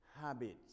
habits